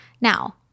Now